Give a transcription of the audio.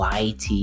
YT